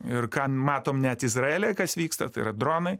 ir ką matom net izraelyje kas vyksta tai yra dronai